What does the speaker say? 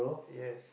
yes